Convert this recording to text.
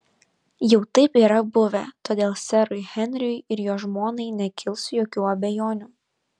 jau taip yra buvę todėl serui henriui ir jo žmonai nekils jokių abejonių